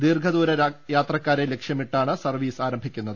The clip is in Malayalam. ദീർഘദൂര യാത്രക്കാരെ ലക്ഷ്യമിട്ടാണ് സർവീസ് ആരംഭി ക്കുന്നത്